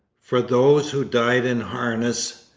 for those who died in harness,